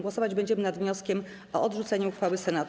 Głosować będziemy nad wnioskiem o odrzucenie uchwały Senatu.